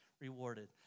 rewarded